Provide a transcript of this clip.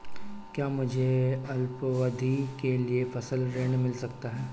क्या मुझे अल्पावधि के लिए फसल ऋण मिल सकता है?